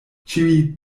ĉiuj